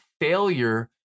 failure